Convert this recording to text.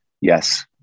yes